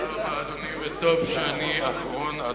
אדוני, וטוב שאני אחרון הדוברים.